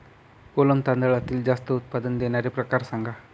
कोलम तांदळातील जास्त उत्पादन देणारे प्रकार सांगा